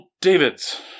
David's